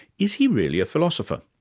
is he really a philosopher?